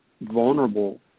vulnerable